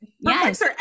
yes